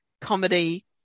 comedy